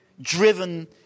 driven